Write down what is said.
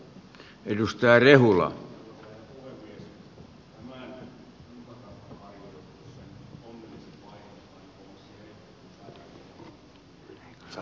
arvoisa puhemies